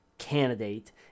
candidate